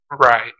Right